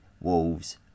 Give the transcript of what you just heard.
wolves